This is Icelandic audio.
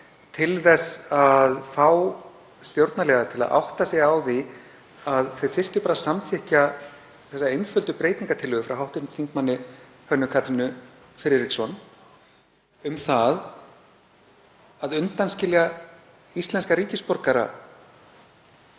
til að fá stjórnarliða til að átta sig á því að þeir þyrftu bara að samþykkja þessa einföldu breytingartillögu frá hv. þm. Hönnu Katrínu Friðriksson um að undanskilja íslenska ríkisborgara